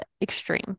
extreme